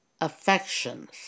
affections